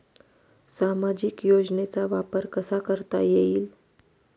सामाजिक योजनेचा वापर कसा करता येईल?